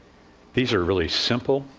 these are really simple,